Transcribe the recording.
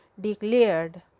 declared